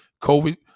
COVID